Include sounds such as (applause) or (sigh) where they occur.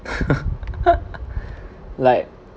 (laughs) like